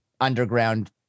underground